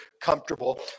comfortable